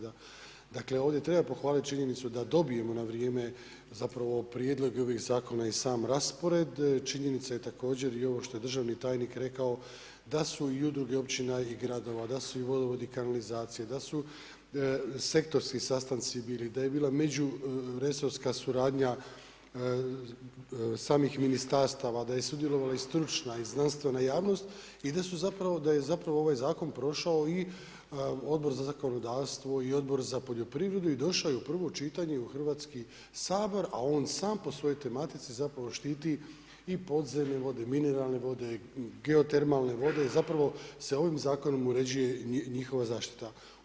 Dakle, ovdje treba pohvaliti činjenicu da dobijemo na vrijeme zakona prijedlog ovih zakona i sam raspored, činjenica je također i ovo što je državni tajnik rekao, da su i udruge općina i gradova, da su vodovodi i kanalizacije, da su sektorski sastanci bili, da je bila međuresorna suradnja samih ministarstava, da je sudjelovala i stručna i znanstvena javnosti da je zapravo ovaj zakon prošao i Odbor za zakonodavstvo i Odbor za poljoprivredu i došao je i u prvo čitanje i u Hrvatski sabor a on sam po svojoj tematici zapravo štiti i podzemne vode, mineralne vode, geotermalne vode i zapravo se ovim zakonom uređuje njihova zaštita.